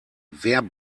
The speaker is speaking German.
wer